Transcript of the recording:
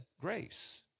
grace